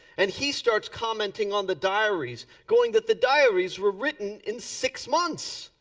and he starts commenting on the diaries. going that the diaries were written in six months.